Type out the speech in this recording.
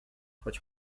choć